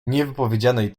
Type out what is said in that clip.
niewypowiedzianej